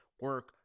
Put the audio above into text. Work